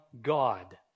God